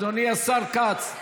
אדוני השר כץ.